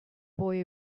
boy